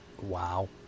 wow